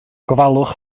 gofalwch